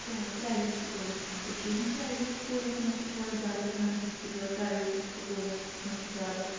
تہٕ پرٛایویٹ سکوٗلَس منٛز تہِ چھِ اِوٕن پرٛایویٹ سکوٗلَس منٛز چھِ تھوڑا زیادٕ پَہَم پِرٛژھٕ غٲر پرٛایویٹ سکوٗلَس منٛز چھِ زیادٕ